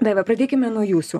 daiva pradėkime nuo jūsų